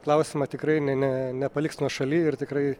klausimą tikrai ne ne nepaliks nuošaly ir tikrai